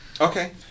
Okay